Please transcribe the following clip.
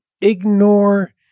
ignore